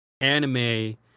anime